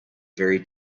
very